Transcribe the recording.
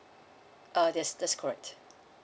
uh yes that's correct